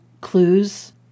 clues